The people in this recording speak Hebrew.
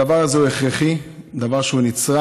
הדבר הזה הוא הכרחי, דבר שהוא נצרך,